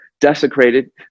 desecrated